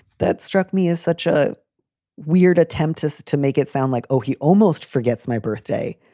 that struck me as such a weird attempt to so to make it sound like, oh, he almost forgets my birthday,